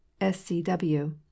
scw